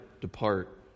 depart